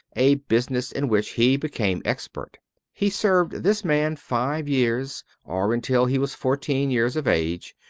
a business in which he became expert. he served this man five years, or until he was fourteen years of age,